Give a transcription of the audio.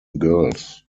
girls